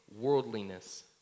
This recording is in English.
worldliness